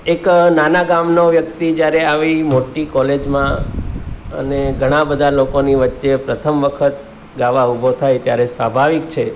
એક નાના ગામનો વ્યક્તિ જ્યારે આવી મોટી કોલેજમાં અને ઘણા બધા લોકોની વચ્ચે પ્રથમ વખત ગાવા ઊભો થાય ત્યારે સ્વાભાવિક છે